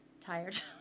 tired